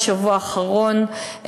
בשבוע האחרון,